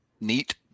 Neat